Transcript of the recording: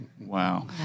Wow